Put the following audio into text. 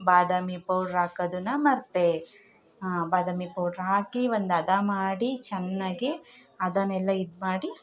ಬಾದಾಮಿ powder ಹಾಕೋದನ್ನ ಮರೆತೆ ಬಾದಾಮಿ ಪೌಡ್ರ್ ಹಾಕಿ ಒಂದು ಹದ ಮಾಡಿ ಚೆನ್ನಾಗಿ ಅದನ್ನೆಲ್ಲ ಇದು ಮಾಡಿ